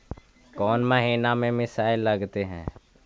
कौन महीना में मिसाइल लगते हैं?